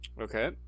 Okay